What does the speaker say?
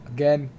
Again